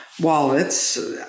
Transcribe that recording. wallets